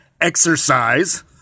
Exercise